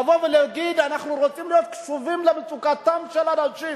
לבוא ולהגיד: אנחנו רוצים להיות קשובים למצוקתם של אנשים